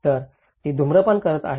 तर ती धूम्रपान करत आहे